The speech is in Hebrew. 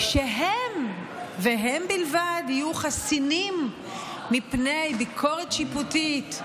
שהם והם בלבד יהיו חסינים מפני ביקורת שיפוטית,